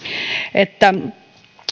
että